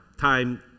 time